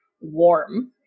warm